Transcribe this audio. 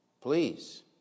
please